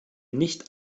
nicht